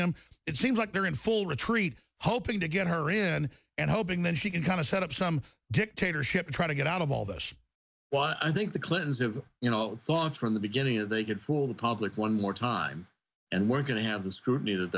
him it seems like they're in full retreat hoping to get her in and hoping then she can kind of set up some dictatorship to try to get out of all this while i think the clintons have you know thoughts from the beginning that they could fool the public one more time and we're going to have the scrutiny that